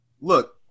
Look